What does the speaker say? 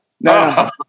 no